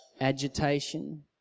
agitation